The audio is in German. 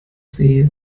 see